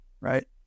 Right